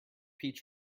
peach